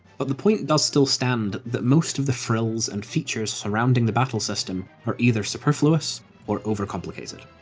but the point does still stand, that most of the frills and features surrounding the battle system are either superfluous or overcomplicated.